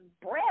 bread